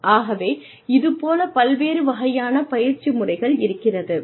ஆகவே இது போல பல்வேறு வகையான பயிற்சி முறைகள் இருக்கிறது